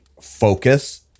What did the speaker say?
focus